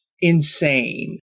insane